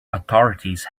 authorities